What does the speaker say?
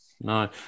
no